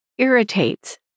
irritates